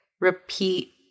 repeat